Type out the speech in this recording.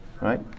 right